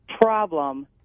problem